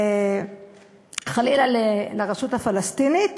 חלילה, לרשות הפלסטינית